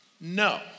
No